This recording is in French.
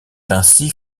ainsi